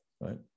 Right